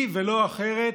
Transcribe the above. היא ולא אחרת,